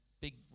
big